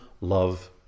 love